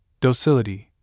docility